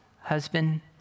husband